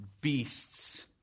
beasts